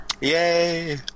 Yay